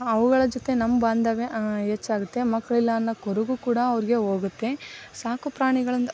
ಅವುಗಳ ಜೊತೆ ನಮ್ಮ ಬಾಂಧವ್ಯ ಹೆಚ್ಚಾಗತ್ತೆ ಮಕ್ಕಳಿಲ್ಲ ಅನ್ನೋ ಕೊರಗು ಕೂಡ ಅವರಿಗೆ ಹೋಗುತ್ತೆ ಸಾಕು ಪ್ರಾಣಿಗಳಿಂದ